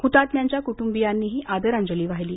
हुतात्म्यांच्या कुटुंबियांनीही आदरांजली वाहिली